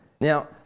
Now